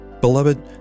beloved